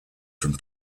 from